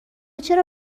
چرا